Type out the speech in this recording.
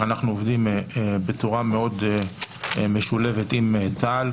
שאנחנו עובדים בצורה מאוד משולבת עם צה"ל,